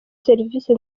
serivisi